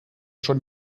schon